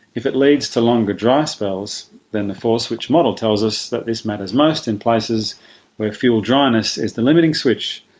if it leads to longer dry spells, then the four-switch model tells us that this matters most in places where fuel dryness is the limiting switch,